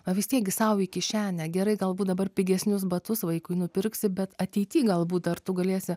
vis tiek gi sau į kišenę gerai galbūt dabar pigesnius batus vaikui nupirksi bet ateity galbūt ar tu galėsi